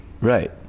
right